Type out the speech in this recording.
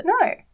No